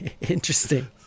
Interesting